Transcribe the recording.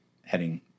heading